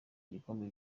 gikombe